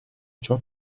ciò